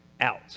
out